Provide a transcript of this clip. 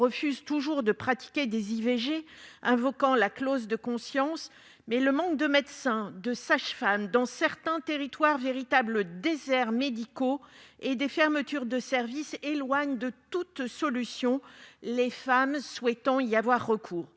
refusent toujours de pratiquer des IVG, en invoquant la clause de conscience, mais le manque de médecins et de sages-femmes dans certains territoires, qui sont de véritables déserts médicaux, et les fermetures de services éloignent de toute solution les femmes souhaitant y avoir recours.